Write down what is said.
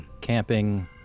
camping